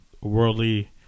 worldly